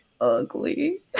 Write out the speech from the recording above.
ugly